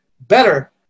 better